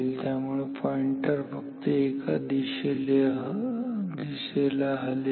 त्यामुळे पॉईंटर फक्त एका दिशेला हलेल